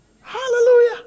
Hallelujah